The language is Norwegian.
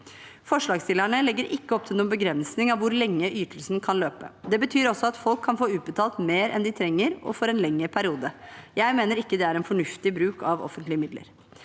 Forslagsstillerne legger ikke opp til noen begrensning av hvor lenge ytelsen kan løpe. Det betyr altså at folk kan få utbetalt mer enn de trenger og for en lengre periode. Jeg mener det ikke er en fornuftig bruk av offentlige midler.